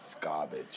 Garbage